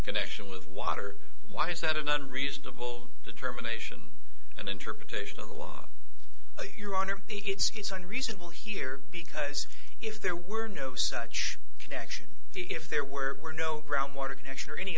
connection with water why is that an unreasonable determination and interpretation of the law your honor it's on reasonable here because if there were no such connection if there were no ground water connection or any